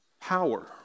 power